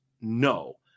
no